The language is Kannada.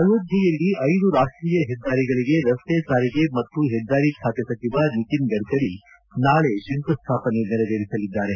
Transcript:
ಅಯೋಧ್ವೆಯಲ್ಲಿ ಐದು ರಾಷ್ವೀಯ ಹೆದ್ದಾರಿಗಳಿಗೆ ರನ್ತೆ ಸಾರಿಗೆ ಮತ್ತು ಹೆದ್ದಾರಿ ಸಚಿವ ನಿತಿನ್ ಗಡ್ಡರಿ ನಾಳೆ ಶಂಕುಸ್ವಾಪನೆ ನೆರವೇರಿಸಲಿದ್ದಾರೆ